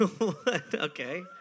Okay